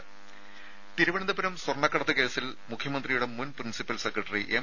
രുഭ തിരുവനന്തപുരം സ്വർണക്കടത്ത് കേസിൽ മുഖ്യമന്ത്രിയുടെ മുൻ പ്രിൻസിപ്പൽ സെക്രട്ടറി എം